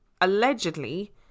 allegedly